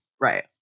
right